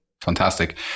Fantastic